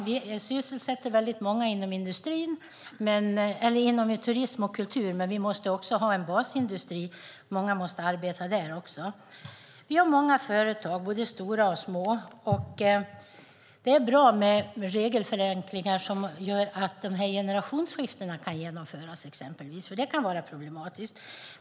Vi sysselsätter väldigt många inom turism och kultur, men vi måste också ha en basindustri. Många måste arbeta där också. Vi har många företag, både stora och små. Det är bra med regelförenklingar som gör att exempelvis generationsskiften kan genomföras, för det kan vara problematiskt.